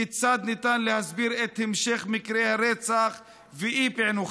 כיצד ניתן להסביר את המשך מקרי הרצח ואי-פענוחם,